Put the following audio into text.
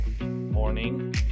morning